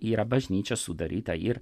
yra bažnyčia sudaryta ir